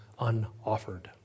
unoffered